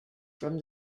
from